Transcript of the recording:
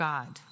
God